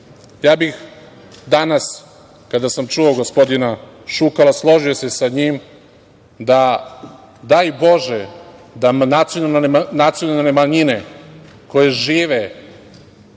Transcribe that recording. svuda. Danas kada sam čuo gospodina Šukala, složio bih se sa njim da, daj Bože, da nacionalne manjine koje žive